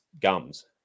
gums